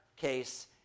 case